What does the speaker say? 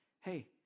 hey